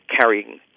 carrying